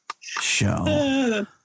show